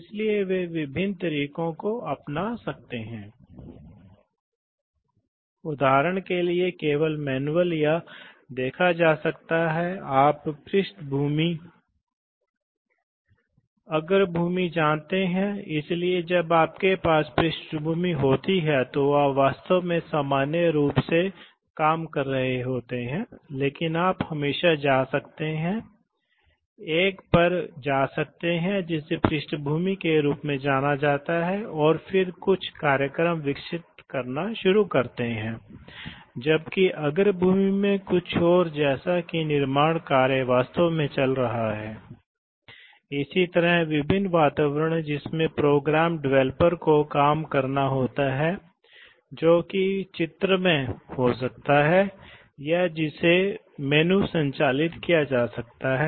इसलिए हम यहां दबाव लागू करना चाहते हैं यही हमारा अंतिम उद्देश्य है और दबाव इस रेखा से आता है अब यह एक है यह आप देख सकते हैं कि यह वाल्व डीसीवी को स्थिति में लाने का तीन तरीका है और यह है मान लीजिए यह पीबी शुरू कर रहा है इसलिए मान लें कि यह दबाया गया है शुरू में ऐसा क्या होता है यह देखें कि यह पोर्ट है यदि यह इस इच्छा को दबाता है तो वाल्व शिफ्ट हो जाएगा और इस स्थिति में होगा इसलिए इस स्थिति में अंतिम भार के लिए नियंत्रण दबाव जाएगा इसलिए हमें इस पर दबाव डालना होगा अंत में इस पर दबाव डालना होगा अब जब सामान्य स्थिति में आप देखते हैं कि यह कब है यह दबाया नहीं गया है और इसे दबाया नहीं गया है वे वास्तव में इस ब्लॉक और इस ब्लॉक में हैं इसलिए यह सीधे इसके माध्यम से जुड़ा हुआ है इसके माध्यम से निर्वहन करने के लिए